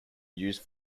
used